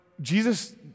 Jesus